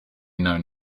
known